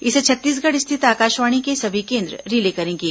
इसे छत्तीसगढ़ स्थित आकाशवाणी के सभी केंद्र रिले करेंगे